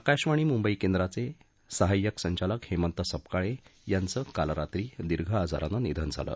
आकाशवाणी मुंबई केंद्राचे सहाय्यक संचालक हेमंतसपकाळे याचं काल रात्री दिर्घ आजारानं निधन झालं